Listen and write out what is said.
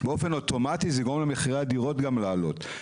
באופן אוטומטי זה יגרום למחירי הדירות גם לעלות.